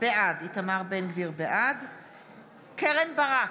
בעד קרן ברק,